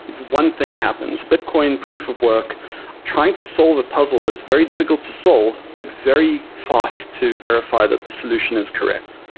one thing happens, bitcoin proof of work trying to solve a puzzle that's very difficult to solve, but very fast to verify that the solution is correct.